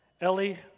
Ellie